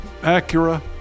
Acura